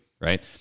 right